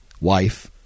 wife